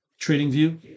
TradingView